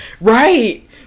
Right